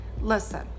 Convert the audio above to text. listen